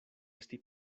esti